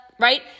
right